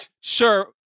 Sure